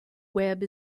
web